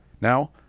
Now